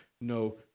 no